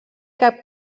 cap